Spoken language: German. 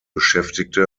beschäftigte